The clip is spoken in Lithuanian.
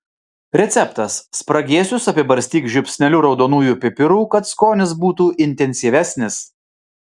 receptas spragėsius apibarstyk žiupsneliu raudonųjų pipirų kad skonis būtų intensyvesnis